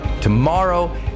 tomorrow